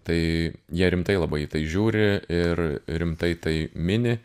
tai jie rimtai labai į tai žiūri ir rimtai tai mini